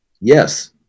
yes